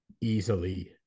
easily